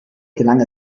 gelang